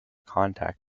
contact